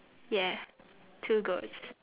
ya two goats